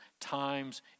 times